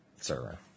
Server